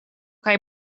kaj